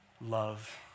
love